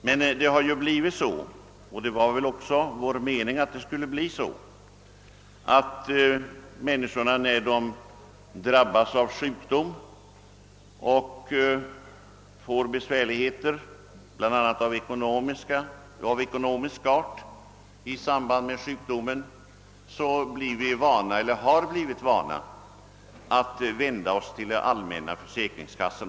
Men det har ju blivit så — och det var väl även vår avsikt med sjukförsäkringsreformen — att människorna när de drabbas av sjukdom och får besvärligheter av bl.a. ekonomisk art vänder sig till den allmänna försäkringskassan.